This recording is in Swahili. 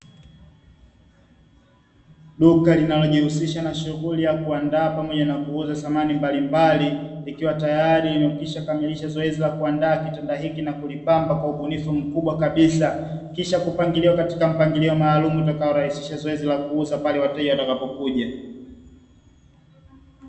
Duka linalojihusisha na shughuli ya kuandaa pamoja na kuuza samani mbalimbali ikiwa tayari imekwisha kamilisha zoezi la kuandaa kitanda hiki na kulipamba kwa ubunifu mkubwa kabisa, kisha kupangilia katika mpangilio maalumu utakayorahisisha zoezi la kuuza pale wateja watakapokuja.